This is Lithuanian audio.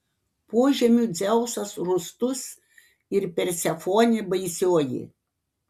požemių dzeusas rūstus ir persefonė baisioji